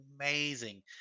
amazing